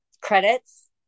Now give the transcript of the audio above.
credits